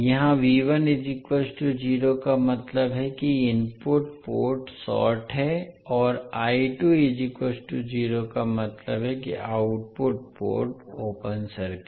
यहाँ का मतलब है कि इनपुट पोर्ट शार्ट है और का मतलब है कि आउटपुट पोर्ट ओपन सर्किट